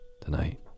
Tonight